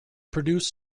produced